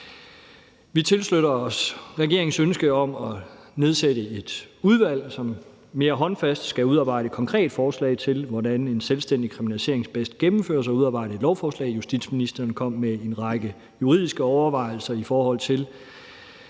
Vi tilslutter os regeringens ønske om at nedsætte et udvalg, som mere håndfast skal udarbejde et konkret forslag til, hvordan en selvstændig kriminalisering bedst gennemføres, og udarbejde et lovforslag. Justitsministeren kom med en række juridiske overvejelser, i forhold til